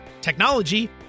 technology